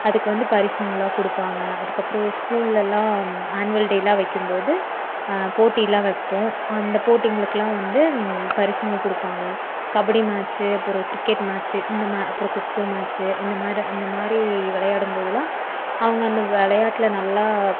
அதுக்கு வந்து பரிசுங்கள் எல்லாம் கொடுப்பாங்க அதுக்கப்புறோம் ஸ்கூல்ல எல்லாம் ஆன்வல் டே எல்லாம் வைக்கும்போது போட்டி எல்லாம் வைப்போம் அந்த போட்டிங்களுக்கு எல்லாம் வந்து பரிசுங்கள் கொடுப்பாங்க கபடி மேட்ச்சு அப்புறோம் கிரிக்கெட் மேட்ச்சு இந்த மா அப்புறோம் கொக்கோ மேட்ச்சு இந்த மாதிரி இந்த மாதிரி விளையாடம்போதுலாம் அவங்க அந்த விளையாட்டுல நல்லா